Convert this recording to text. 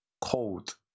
Cold